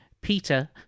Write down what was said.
Peter